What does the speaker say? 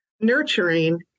nurturing